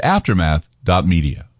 Aftermath.media